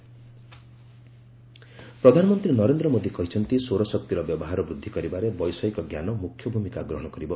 PM solar energy ପ୍ରଧାନମନ୍ତ୍ରୀ ନରେନ୍ଦ୍ର ମୋଦୀ କହିଛନ୍ତି ସୌରଶକ୍ତିର ବ୍ୟବହାର ବୃଦ୍ଧି କରିବାରେ ବୈଷୟିକ ଜ୍ଞାନ ମୁଖ୍ୟ ଭୂମିକା ଗ୍ରହଣ କରିବ